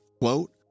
quote